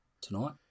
tonight